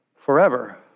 Forever